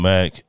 Mac